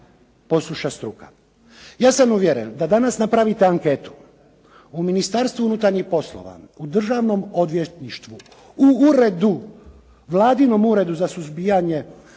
posluša struka. Ja sam uvjeren da danas napravite anketu, u Ministarstvu unutarnjih poslova u Državnom odvjetništvu, u Vladinom uredu za suzbijanje